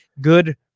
Good